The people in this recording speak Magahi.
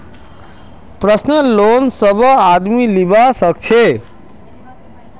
पर्सनल लोन सब आदमी लीबा सखछे